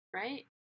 right